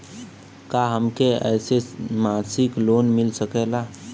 का हमके ऐसे मासिक लोन मिल सकेला?